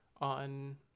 on